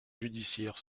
judiciaires